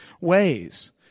ways